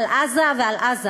על עזה ועל עזה.